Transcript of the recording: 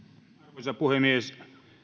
arvoisa puhemies